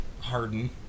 Harden